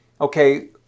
okay